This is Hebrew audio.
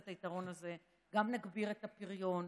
את היתרון הזה: גם נגביר את הפריון,